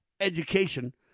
education